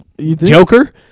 Joker